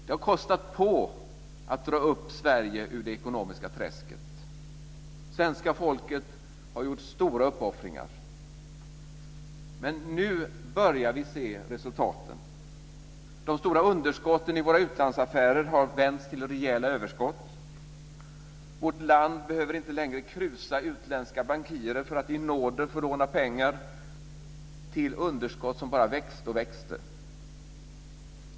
Det har kostat på att dra upp Sverige ur det ekonomiska träsket. Svenska folket har gjort stora uppoffringar. Men nu börjar vi se resultaten. De stora underskotten i våra utlandsaffärer har vänts till rejäla överskott. Vårt land behöver inte längre krusa utländska bankirer för att i nåder få låna pengar till underskott som bara växer och växer.